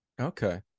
Okay